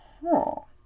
Oh